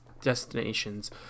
destinations